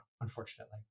unfortunately